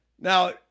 Now